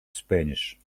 spanish